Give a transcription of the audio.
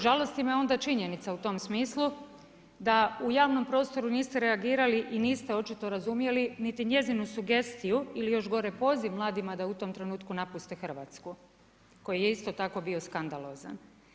Žalosti me onda činjenica u tom smislu da u javnom prostoru niste reagirali i niste očito razumjeli niti njezinu sugestiju ili još gore poziv mladima da u tom trenutku napuste Hrvatsku, koji je isto tako bio skandalozan.